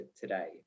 today